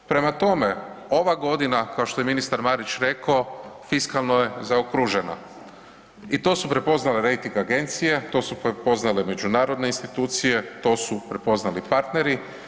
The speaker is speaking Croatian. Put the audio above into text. Prema tome, ova godina kao što je ministar Marić reko, fiskalno je zaokružena i to su prepoznale rejting agencije, to su prepoznale međunarodne institucije, to su prepoznali partneri.